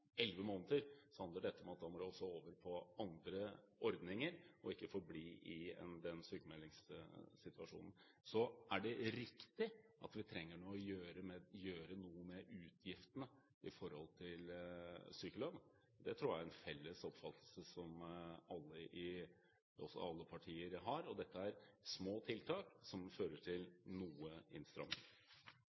elleve måneder, handler det om at du må over på andre ordninger og ikke forbli i den sykmeldingssituasjonen. Så er det riktig at vi trenger å gjøre noe med utgiftene til sykelønn. Det tror jeg er en felles oppfatning alle partier har. Dette er små tiltak, som vil føre til noe innstramming.